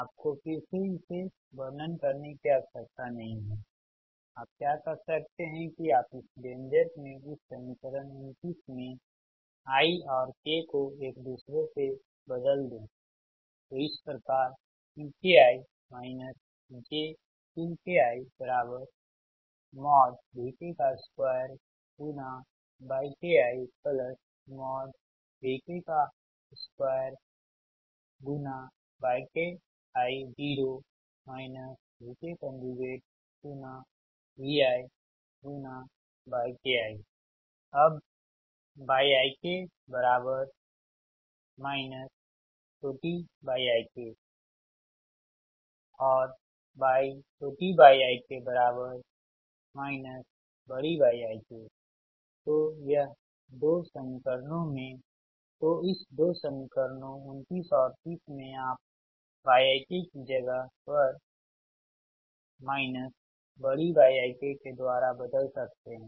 आपको फिर से इसे वर्णन करने की आवश्यकता नहीं है आप क्या कर सकते हैं कि आप इस व्यंजक में इस समीकरण 29 में i और k को एक दूसरे से बदल दे तो इस प्रकार Pki jQkiVk2ykiVk2ykio VkViyki अब Yik yik yik Yik तो यह दो समीकरणों में तो इस दो समीकरणों 29 और 30 में आप yikकी जगह पर Yikके द्वारा बदल सकते है